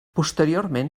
posteriorment